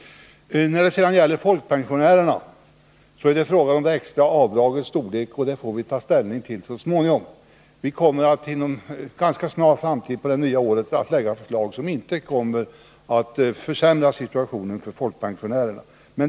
När det gäller folkpensionärerna och det extra avdragets storlek får vi ta ställning till den frågan så småningom. Vi kommer att ganska snart efter nyår lägga fram ett förslag som inte försämrar situationen för folkpensionärerna.